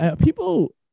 people